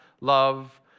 love